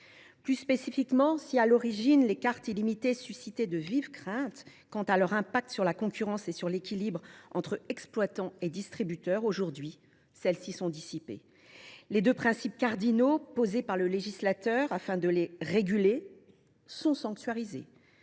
leur lancement, les cartes illimitées ont suscité de vives craintes quant à leur impact sur la concurrence et sur l’équilibre entre exploitants et distributeurs, celles ci sont aujourd’hui dissipées. Les deux principes cardinaux posés par le législateur afin de les réguler sont sanctuarisés.